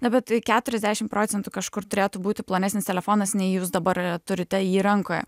na bet keturiasdešimt procentų kažkur turėtų būti plonesnis telefonas nei jūs dabar turite jį rankoje